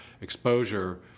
exposure